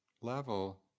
level